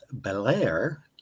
Belair